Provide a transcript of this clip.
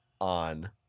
on